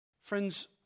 Friends